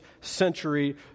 century